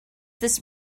this